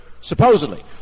supposedly